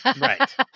Right